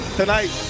tonight